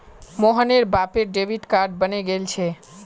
मोहनेर बापेर debit card बने गेल छे